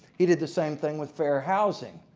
he did the same thing with fair housing.